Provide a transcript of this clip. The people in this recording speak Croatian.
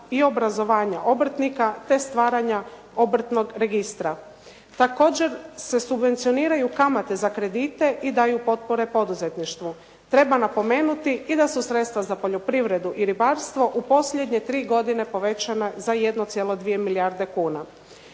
i obrazovanja obrtnika, te stvaranja obrtnog registra. Također se subvencioniranju kamate za kredite i daju potpore poduzetništvu. Treba napomenuti i da su sredstva za poljoprivredu i ribarstvo u posljednje tri godine povećane za 1,2 milijarde kuna.